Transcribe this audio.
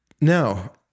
Now